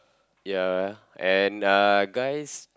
ya and uh guys